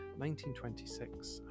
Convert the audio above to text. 1926